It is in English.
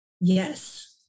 Yes